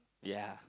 ya